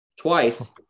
twice